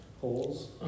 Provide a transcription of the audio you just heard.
Holes